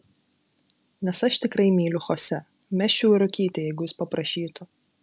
nes aš tikrai myliu chosė mesčiau ir rūkyti jeigu jis paprašytų